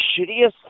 Shittiest